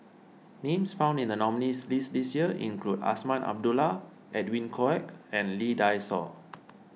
names found in the nominees' list this year include Azman Abdullah Edwin Koek and Lee Dai Soh